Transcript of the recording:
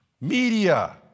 media